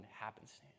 happenstance